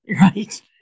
Right